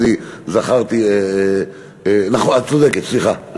את צודקת, סליחה.